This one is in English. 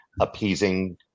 appeasing